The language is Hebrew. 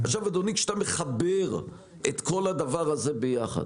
אדוני, כשאתה מחבר את כל הדבר הזה ביחד